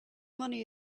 money